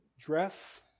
dress